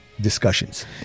Discussions